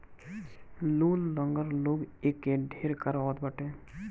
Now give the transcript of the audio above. लूल, लंगड़ लोग एके ढेर करवावत बाटे